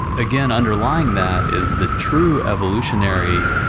again, underlying that is the true evolutionary